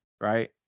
right